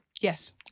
Yes